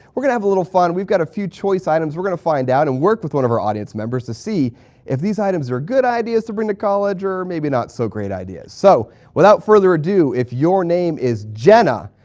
we're going to have a little fun. we've got a few choice items we're going to find out and work with one of our audience members to see if these items are good ideas to bring to college or maybe not so great ideas. so without further ado, if your name is jenna,